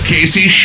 Casey